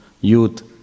youth